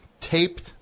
taped